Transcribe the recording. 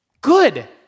good